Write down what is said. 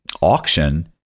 auction